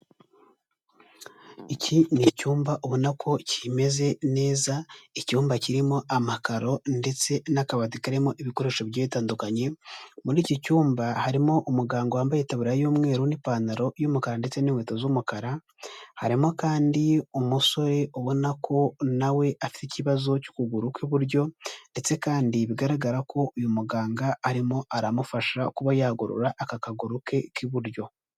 Iki ni icyumba ubona ko kimeze neza, icyumba kirimo amakaro ndetse n'akabati karimo ibikoresho bigiye bitandukanye, muri iki cyumba harimo umuganga wambaye itaburiya y'umweru n'ipantaro y'umukara ndetse n'inkweto z'umukara, harimo kandi umusore ubona ko na we afite ikibazo cy'ukuguru kw'iburyo, ndetse kandi bigaragara ko uyu muganga arimo aramufasha kuba yagorora aka kaguru ke k'iburyo.